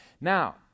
now